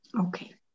Okay